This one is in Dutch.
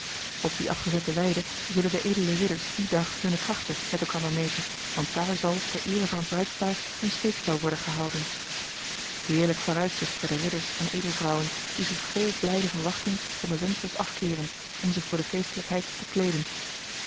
op die afgezette weide zullen de edele ridders dien dag hunne krachten met elkander meten want daar zal ter eere van het bruidspaar een steekspel worden gehouden heerlijk vooruitzicht voor de ridders en edelvrouwen die zich vol blijde verwachting van de vensters af keeren om zich voor de feestelijkheid te kleeden